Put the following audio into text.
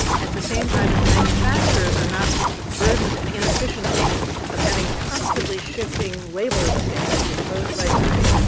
at the same time as manufacturers are not put to the burdens and inefficiencies of having constantly shifting labeling standards imposed by juries,